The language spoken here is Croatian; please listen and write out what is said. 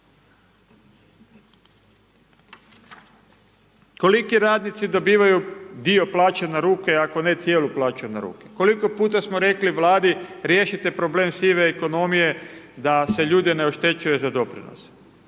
Koliki radnici dobivaju dio plaće na ruke ako ne cijelu plaću na ruke? Koliko puta smo rekli Vladi riješite problem sive ekonomije da se ljude ne oštećuje za doprinose?